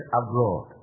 abroad